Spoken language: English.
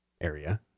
area